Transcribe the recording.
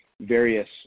various